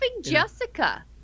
Jessica